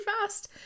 fast